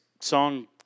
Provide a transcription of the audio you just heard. song